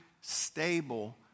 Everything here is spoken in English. stable